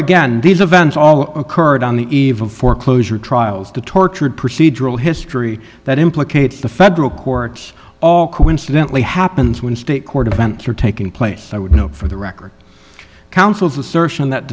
again these events all occurred on the eve of foreclosure trials to tortured procedural history that implicates the federal courts all coincidently happens when state court events are taking place i would note for the record counsel's assertion that